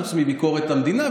חוץ מביקורת המדינה,